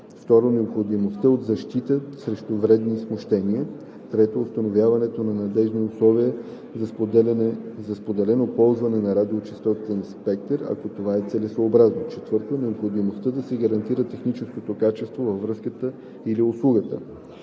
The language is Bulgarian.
2. необходимостта от защита срещу вредни смущения; 3. установяването на надеждни условия за споделено ползване на радиочестотен спектър, ако това е целесъобразно; 4. необходимостта да се гарантира техническото качество на връзката или услугата;